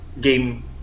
game